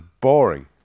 boring